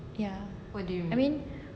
ya I mean